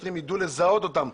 שהשוטרים ידעו לזהות אותם.